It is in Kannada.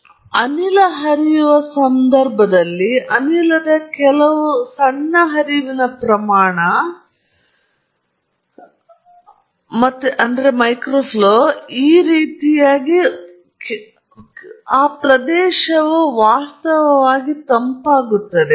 ನೀವು ಅನಿಲ ಹರಿಯುವ ಸಂದರ್ಭದಲ್ಲಿ ಅನಿಲದ ಕೆಲವು ಸಣ್ಣ ಹರಿವಿನ ಪ್ರಮಾಣ ಮತ್ತು ಹೀಗೆ ಈ ಪ್ರದೇಶವು ವಾಸ್ತವವಾಗಿ ತಂಪಾಗುತ್ತದೆ